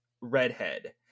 redhead